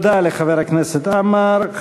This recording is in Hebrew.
תודה לחבר הכנסת עמאר.